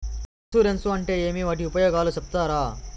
Insurance అంటే ఏమి? వాటి ఉపయోగాలు సెప్తారా?